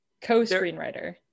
co-screenwriter